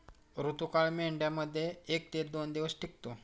ऋतुकाळ मेंढ्यांमध्ये एक ते दोन दिवस टिकतो